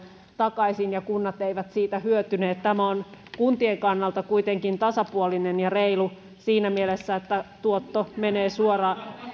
takaisin ja kunnat eivät siitä hyötyneet tämä on kuntien kannalta kuitenkin tasapuolinen ja reilu siinä mielessä että tuotto menee